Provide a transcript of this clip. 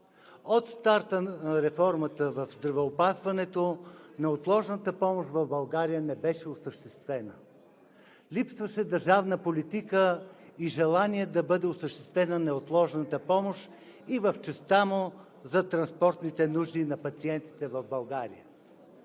От старта на реформата в здравеопазването неотложната помощ в България не беше осъществена. Липсваше държавна политика и желание да бъде осъществена неотложната помощ и в частта му за транспортните нужди на пациентите в България.